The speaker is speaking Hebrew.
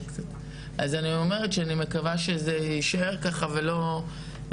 אז אני אומרת שאני מקווה שזה יישאר ככה וזה